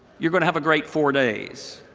you're going to have a great four days.